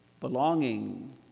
belonging